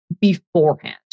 beforehand